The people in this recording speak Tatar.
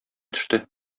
төште